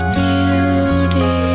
beauty